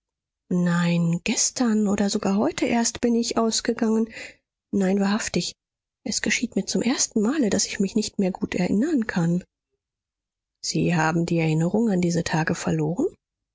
nein gestern oder sogar heute erst bin ich ausgegangen nein wahrhaftig es geschieht mir zum ersten male daß ich mich nicht mehr gut erinnern kann sie haben die erinnerung an diese tage verloren